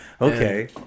Okay